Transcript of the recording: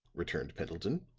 returned pendleton.